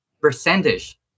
percentage